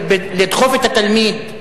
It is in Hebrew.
שנותן שירותים לשדרות ולדימונה וגם